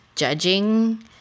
judging